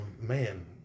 Man